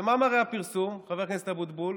ומה מראה הפרסום, חבר הכנסת אבוטבול?